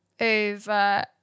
over